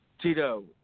Tito